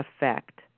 effect